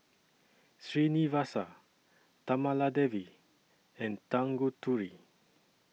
Srinivasa Kamaladevi and Tanguturi